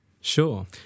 Sure